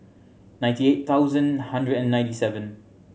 ninety eight thousand hundred and ninety seven